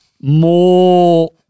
more